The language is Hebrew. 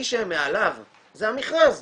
מי שמעליו זה המכרז.